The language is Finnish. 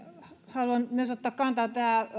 haluan myös ottaa kantaa